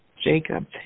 Jacob